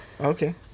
Okay